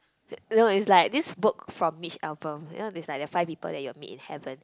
you know it's like this book from Mitch-Album you know there's like the five people that you meet in heaven